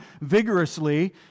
vigorously